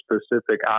specific